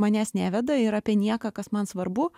manęs neveda ir apie nieką kas man svarbu